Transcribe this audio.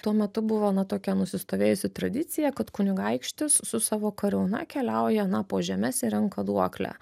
tuo metu buvo na tokia nusistovėjusi tradicija kad kunigaikštis su savo kariauna keliauja na po žemes ir renka duoklę